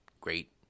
great